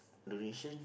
donation